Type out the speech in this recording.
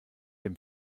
dem